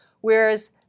whereas